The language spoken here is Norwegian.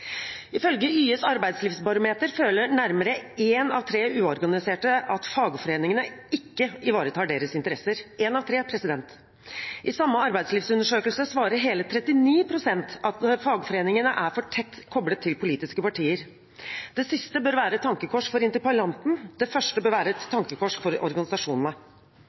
Ifølge YS’ arbeidslivsbarometer føler nærmere én av tre uorganiserte at fagforeningene ikke ivaretar deres interesser – én av tre. I samme arbeidslivsundersøkelse svarer hele 39 pst. at fagforeningene er for tett koblet til politiske partier. Det siste bør være et tankekors for interpellanten, det første bør være et tankekors for organisasjonene.